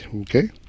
Okay